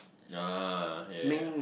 uh yeah yeah yeah